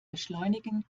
beschleunigen